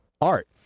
art